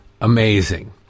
amazing